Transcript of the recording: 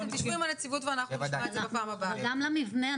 תשבו עם הנציבות ואנחנו נשמע את זה בפעם הבאה אבל גם למבנה,